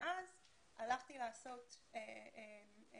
ואז הלכתי לעשות דוקטורט.